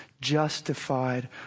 justified